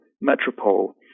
metropole